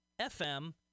FM